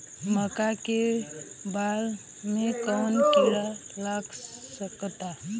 मका के बाल में कवन किड़ा लाग सकता?